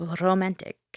romantic